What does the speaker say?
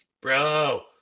Bro